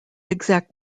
exact